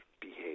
behave